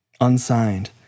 Unsigned